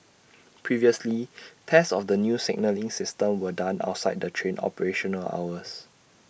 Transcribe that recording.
previously tests of the new signalling system were done outside the train operational hours